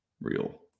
real